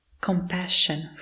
compassion